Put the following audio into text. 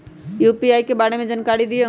UPI के बारे में जानकारी दियौ?